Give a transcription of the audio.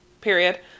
Period